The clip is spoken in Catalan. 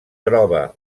troba